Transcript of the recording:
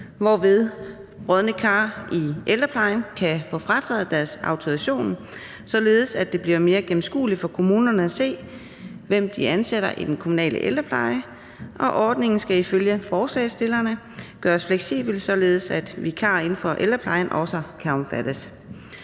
hvorved brodne kar i ældreplejen kan få frataget deres autorisation, således at det bliver mere gennemskueligt for kommunerne at se, hvem de ansætter i den kommunale ældrepleje, og ordningen skal ifølge forslagsstillerne gøres fleksibel, således at vikarer inden for ældreplejen også kan omfattes.